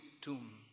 tomb